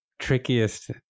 trickiest